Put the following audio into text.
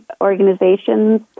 organizations